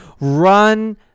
run